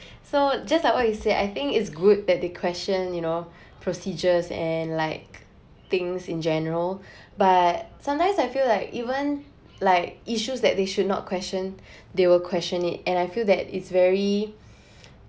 so just like what you say I think it's good that they question you know procedures and like things in general but sometimes I feel like even like issues that they should not question they will question it and I feel that it's very